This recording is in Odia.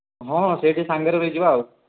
ହଁ ସେଇଠି ସାଙ୍ଗରେ ରହିଯିବା ଆଉ